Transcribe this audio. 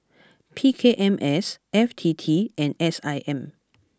P K M S F T T and S I M